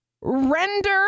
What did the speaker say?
render